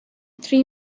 three